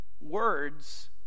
Words